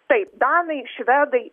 taip danai švedai